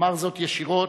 אומר זאת ישירות: